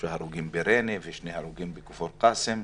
שלושה הרוגים בריינה ושני הרוגים בכפר קאסם,